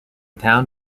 town